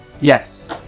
Yes